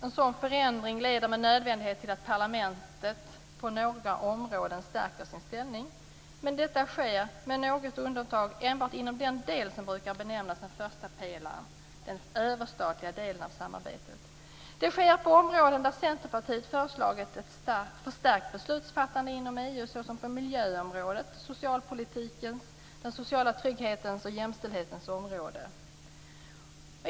En sådan förändring leder med nödvändighet till att parlamentet på några områden stärker sin ställning. Men detta sker, med något undantag, enbart inom den del som brukar benämnas första pelaren, den överstatliga delen av samarbetet. Det sker på områden där Centerpartiet har föreslagit ett förstärkt beslutsfattande inom EU, såsom på miljöområdet samt på socialpolitikens, den sociala trygghetens och jämställdhetens område.